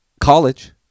college